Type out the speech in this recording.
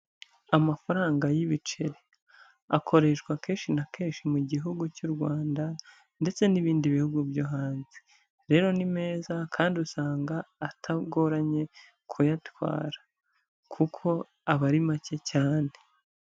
Amafaranga y'ibiceri akoreshwa kenshi na kenshi mu gihugu cy'u Rwanda ndetse n'ibindi bihugu byo hanze. Rero ni meza kandi usanga atagoranye kuyatwara, kuko aba ari make cyane.